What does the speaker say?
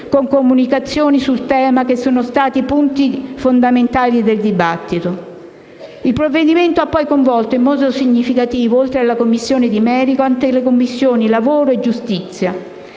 con comunicazioni sul tema che sono state punti fondamentali del dibattito. Il provvedimento, poi, ha coinvolto in modo significativo oltre alla Commissione di merito anche le Commissioni lavoro e giustizia